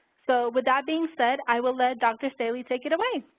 so with that being said, i will let dr. staley take it away.